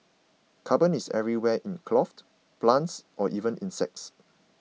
carbon is everywhere in cloth plants or even insects